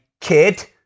kid